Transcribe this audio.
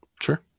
Sure